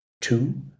Two